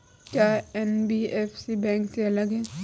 क्या NBFC bank से अलग है?